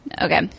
Okay